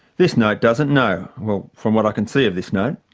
this note doesn't, no. well, from what i can see of this note.